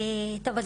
טוב,